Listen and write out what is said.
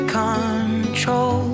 control